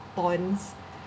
bonds